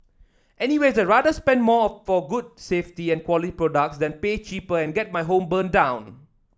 anyway I'd rather spend more for good safety and quality products than pay cheaper and get my home burnt down